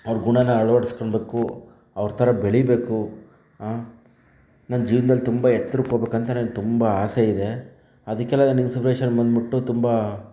ಅವರ ಗುಣನ ಅಳವಡ್ಸ್ಕೊಂಬೇಕು ಅವರ ಥರ ಬೆಳೆಯಬೇಕು ನನ್ನ ಜೀವನದಲ್ಲಿ ತುಂಬ ಎತ್ತರಕ್ಕೆ ಹೋಗಬೇಕು ಅಂತ ನನಗೆ ತುಂಬ ಆಸೆ ಇದೆ ಅದಕ್ಕೆಲ್ಲ ನನಗೆ ಇನ್ಸ್ಪಿರೇಷನ್ ಬಂದುಬಿಟ್ಟು ತುಂಬ